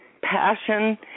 passion